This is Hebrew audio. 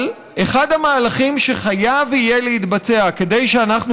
אבל אחד המהלכים שחייב יהיה להתבצע כדי שאנחנו